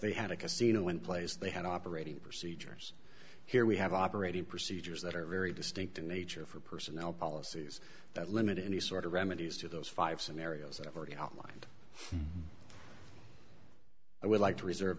they had a casino in place they had operating procedures here we have operating procedures that are very distinct in nature for personnel policies that limit any sort of remedies to those five scenarios i've already outlined i would like to reserve